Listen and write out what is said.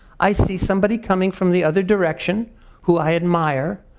i see somebody coming from the other direction who i admire,